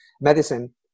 medicine